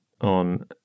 on